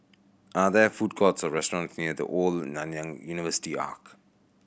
are there food courts or restaurants near The Old Nanyang University Arch